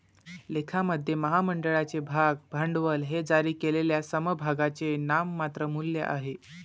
लेखामध्ये, महामंडळाचे भाग भांडवल हे जारी केलेल्या समभागांचे नाममात्र मूल्य आहे